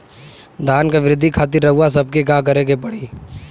धान क वृद्धि खातिर रउआ सबके का करे के पड़ी?